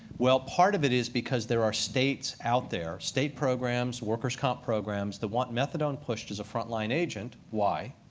well, part of it is because there are states out there, state programs, workers' comp programs, that want methadone pushed as a front-line agent. why?